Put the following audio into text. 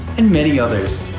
and many others.